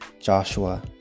Joshua